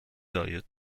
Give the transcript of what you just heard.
daje